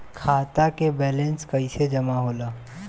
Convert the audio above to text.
खाता के वैंलेस कइसे जमा होला?